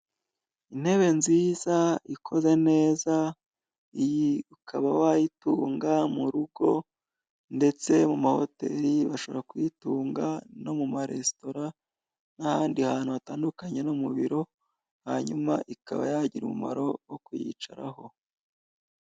Intebe nziza ikoze neza, iyi ukaba wayitunga mu rugo, ndetse mu mahoteli bashobora kuyitunga no mu maresitora n'ahandi hantu hatandukanye, no mu biro, hanyuma ikaba yagira umumaro wo kuyicaraho.